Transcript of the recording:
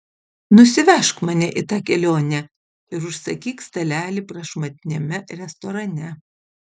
nusivežk mane į tą kelionę ir užsakyk stalelį prašmatniame restorane